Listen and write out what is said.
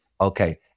Okay